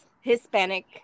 Hispanic